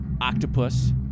octopus